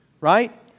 right